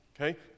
Okay